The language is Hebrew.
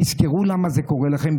תזכרו למה זה קורה לכם,